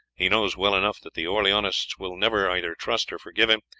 he knows well enough that the orleanists will never either trust or forgive him,